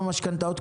משכנתה,